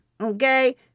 Okay